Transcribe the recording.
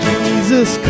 Jesus